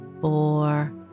four